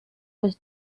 was